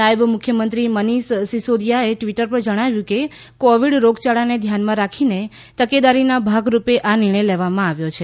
નાયબ મુખ્યમંત્રી મનીષ સિસોદિયાએ ટ્વીટર પર જણાવ્યું કે કોવીડ રોગયાળાને ધ્યાનમાં રાખીને તકેદારીના ભાગરૂપે આ નિર્ણય લેવામાં આવ્યો છે